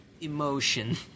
emotion